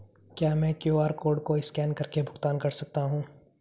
क्या मैं QR code को स्कैन करके भुगतान कर सकता हूं?